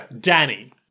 Danny